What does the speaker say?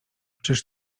czyż